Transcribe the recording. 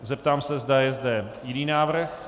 Zeptám se, zda je zde jiný návrh.